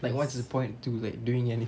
like what's the point to like doing anything